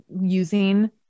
using